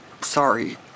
sorry